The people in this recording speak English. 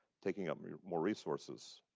taking up more resources.